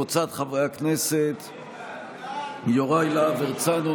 הסתייגות של חברי הכנסת יוראי להב הרצנו,